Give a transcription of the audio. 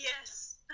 Yes